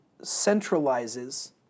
centralizes